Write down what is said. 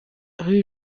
rue